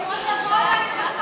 זהבה, אפילו שר את לא נותנת לו,